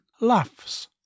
laughs